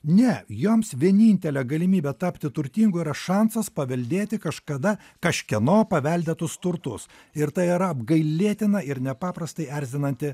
ne joms vienintelė galimybė tapti turtingu yra šansas paveldėti kažkada kažkieno paveldėtus turtus ir tai yra apgailėtina ir nepaprastai erzinanti